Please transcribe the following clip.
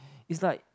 is like